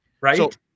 right